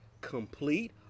complete